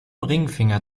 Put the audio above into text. ringfinger